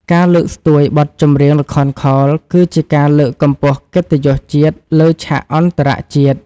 ការលើកស្ទួយបទចម្រៀងល្ខោនខោល គឺជាការលើកកម្ពស់កិត្តិយសជាតិលើឆាកអន្តរជាតិ។